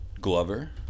Glover